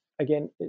again